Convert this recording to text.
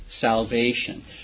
salvation